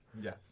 Yes